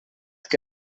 que